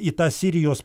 į tą sirijos